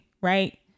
right